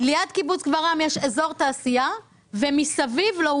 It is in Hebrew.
ליד קיבוץ גברעם יש אזור תעשייה ומסביב לו,